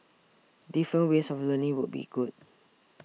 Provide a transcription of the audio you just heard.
different ways of learning would be good